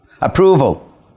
approval